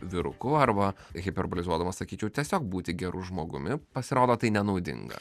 vyruku arba hiperbolizuodamas sakyčiau tiesiog būti geru žmogumi pasirodo tai nenaudinga